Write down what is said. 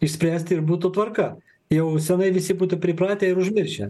išspręsti ir būtų tvarka jau senai visi būtų pripratę ir užmiršę